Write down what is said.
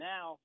Now